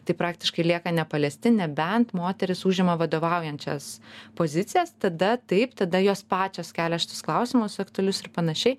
taip praktiškai lieka nepaliesti nebent moterys užima vadovaujančias pozicijas tada taip tada jos pačios kelia šitus klausimus aktualius ir panašiai